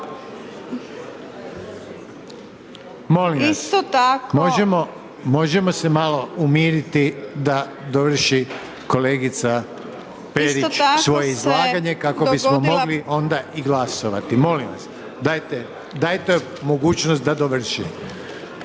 Molim vas, možemo se malo umiriti da dovrši kolegica Perić svoje izlaganje kako bismo mogli onda i glasovati, molim vas? Dajte joj mogućnost da dovrši.